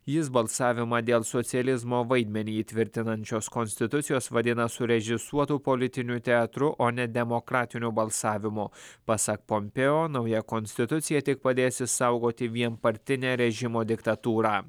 jis balsavimą dėl socializmo vaidmenį įtvirtinančios konstitucijos vadina surežisuotu politiniu teatru o ne demokratiniu balsavimu pasak pompėo nauja konstitucija tik padės išsaugoti vienpartinę režimo diktatūrą